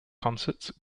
concerts